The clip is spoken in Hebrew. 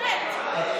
בבי"ת,